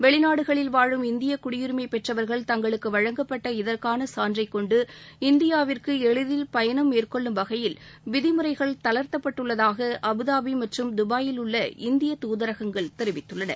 வெளிநாடுகளில் வாழும் இந்திய குடியுரிமை பெற்றவர்கள் தங்களுக்கு வழங்கப்பட்ட இதற்கான சான்றைக்கொண்டு இந்தியாவிற்கு எளிதில் பயணம் மேற்கொள்ளும் வகையில் விதிமுறைகள் தளர்த்தப்பட்டுள்ளதாக அபுதாபி மற்றும் தபாயிலுள்ள இந்திய தூதரகங்கள் தெரிவித்துள்ளன